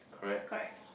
correct